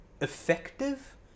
effective